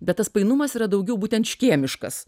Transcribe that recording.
bet tas painumas yra daugiau būtent škėmiškas